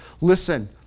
listen